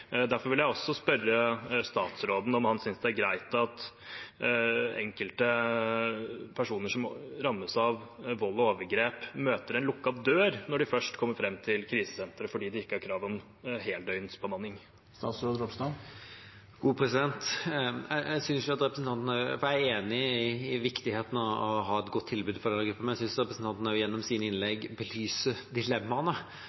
Derfor vil jeg også spørre statsråden om han synes det er greit at enkelte personer som rammes av vold og overgrep, møter en lukket dør når de først kommer fram til krisesentre, fordi det ikke er krav om heldøgnsbemanning. Jeg er enig i viktigheten av å ha et godt tilbud for denne gruppen, men jeg synes representanten gjennom sine